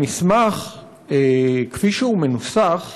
המסמך כפי שהוא מנוסח,